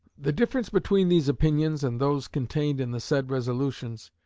the difference between these opinions and those contained in the said resolutions,